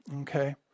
Okay